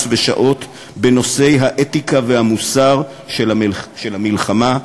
ושעות בנושא האתיקה והמוסר של המלחמה,